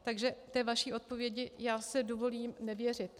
Takže vaší odpovědi si dovolím nevěřit.